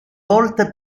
volta